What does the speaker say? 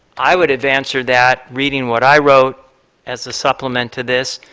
i would have answer that reading what i wrote as the supplement to this,